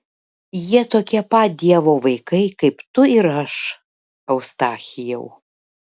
jie tokie pat dievo vaikai kaip tu ir aš eustachijau